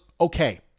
okay